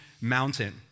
mountain